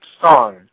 Song